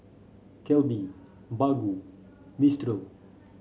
Calbee Baggu Mistral